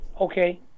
okay